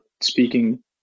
speaking